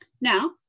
Now